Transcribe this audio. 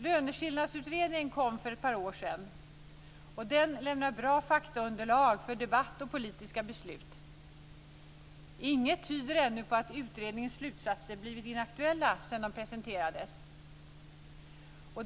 Löneskillnadsutredningen kom för ett par år sedan. Den lämnar bra faktaunderlag för debatt och politiska beslut. Inget tyder ännu på att utredningens slutsatser blivit inaktuella sedan de presenterades.